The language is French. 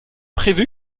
prévu